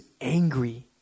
angry